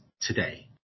today